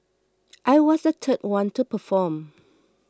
I was the third one to perform